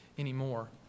anymore